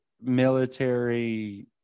military